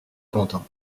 content